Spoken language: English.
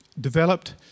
developed